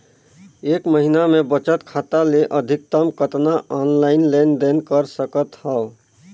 एक महीना मे बचत खाता ले अधिकतम कतना ऑनलाइन लेन देन कर सकत हव?